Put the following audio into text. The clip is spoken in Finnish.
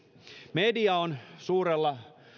media on suurella